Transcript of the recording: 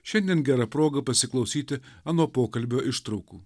šiandien gera proga pasiklausyti ano pokalbio ištraukų